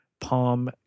Palm